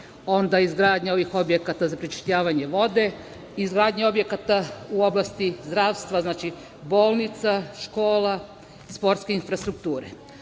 bolnica, izgradnja ovih objekata za prečišćavanje vode, izgradnja objekata u oblasti zdravstva, bolnica, škola, sportske infrastrukture. Žao